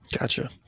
Gotcha